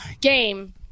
game